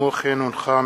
לקריאה ראשונה,